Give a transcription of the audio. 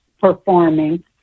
performing